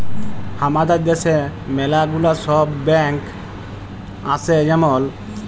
হামাদের দ্যাশে ম্যালা গুলা সব ব্যাঙ্ক আসে যেমল